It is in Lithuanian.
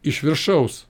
iš viršaus